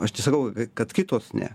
aš nesakau kad kitos ne